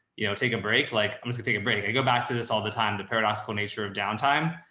you know, take a break. like i'm going to take a break. i go back to this all the time, the paradoxical nature of downtime.